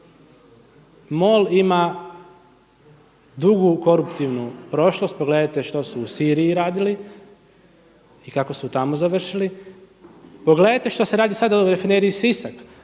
MOL ima dugu koruptivnu prošlost, pogledajte što su u Siriji radili i kako su tamo završili. Pogledajte što se radi sad u Rafineriji Sisak.